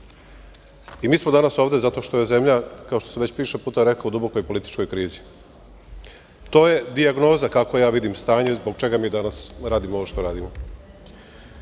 Mi smo danas ovde zato što je zemlja, kao što sam već više puta rekao, u dubokoj političkoj krizi. To je dijagnoza kako ja vidim stanje zbog čega mi danas radimo ovo što radimo. Ovo